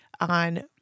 on